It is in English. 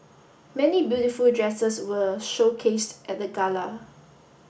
many beautiful dresses were showcased at the gala